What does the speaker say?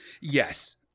Yes